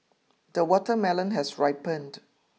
the watermelon has ripened